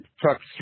Trucks